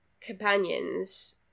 companions